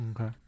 okay